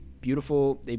beautiful